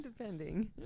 Depending